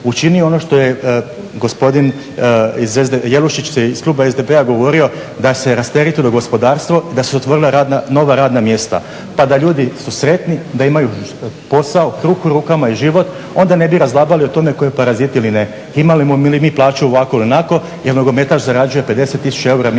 učinio ono što je gospodin Jelušić iz kluba SDP-a govorio da se rasteretilo gospodarstvo i da su se otvorila nova radna mjesta, pa da ljudi su sretni, da imaju posao, kruh u rukama i život onda ne bi razglabali o tome tko je parazit ili ne, imamo li mi plaću ovako ili onako, je li nogometaš zarađuje 50000 eura mjesečno